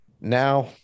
now